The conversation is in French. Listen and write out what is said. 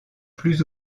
plus